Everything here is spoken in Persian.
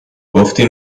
گفتی